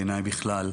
בעיניי בכלל.